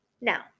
Now